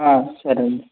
సరేనండి